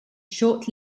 short